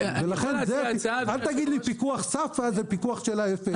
אל תגיד לי שפיקוח SAFA זה פיקוח של ה-FAA.